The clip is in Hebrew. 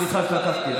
סליחה שלקחתי.